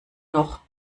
noch